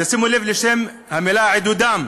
תשימו לב למילה "עידודם"